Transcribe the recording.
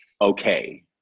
okay